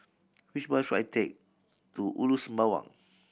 which bus should I take to Ulu Sembawang